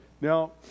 Now